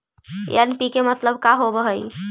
NPK मतलब का होव हइ?